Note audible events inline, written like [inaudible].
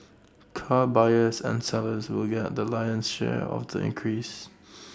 car buyers and sellers will get the lion's share of the increase [noise]